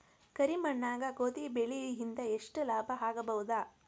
ಕರಿ ಮಣ್ಣಾಗ ಗೋಧಿ ಬೆಳಿ ಇಂದ ಎಷ್ಟ ಲಾಭ ಆಗಬಹುದ?